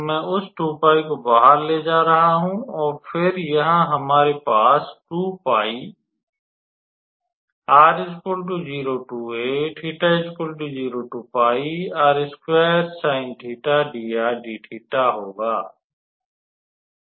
मैं उस 2𝜋 को बाहर ले जा रहा हूं और फिर यहां हमारे पास होगा